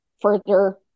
further